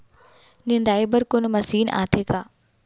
निंदाई बर कोनो मशीन आथे का?